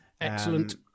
Excellent